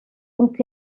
donc